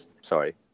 Sorry